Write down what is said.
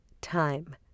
time